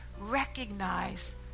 recognize